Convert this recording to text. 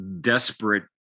desperate